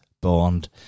Bond